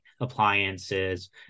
appliances